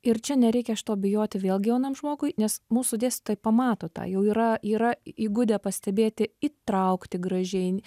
ir čia nereikia šito bijoti vėlgi jaunam žmogui nes mūsų dėstytojai pamato tą jau yra yra įgudę pastebėti įtraukti gražiai